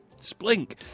splink